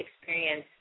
experience